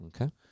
Okay